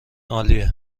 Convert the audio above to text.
عالیه